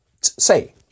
say